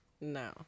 no